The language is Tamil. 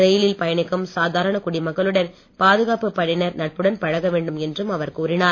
ரயிலில் பயணிக்கும் சாதாரன குடிமக்களுடன் பாதுகாப்பு படையினர் நட்புடன் பழகவேண்டும் என்றும் அவர் கூறினார்